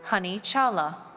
honey chawla.